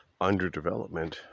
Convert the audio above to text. underdevelopment